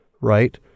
right